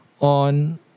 on